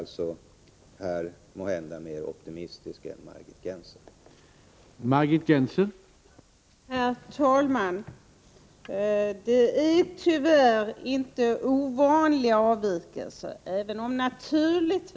Jag är måhända mer optimistisk än Margit Gennser i fråga om detta.